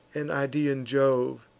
and idaean jove,